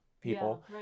people